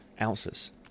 ounces